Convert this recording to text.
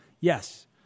yes